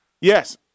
Yes